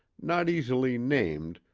not easily named,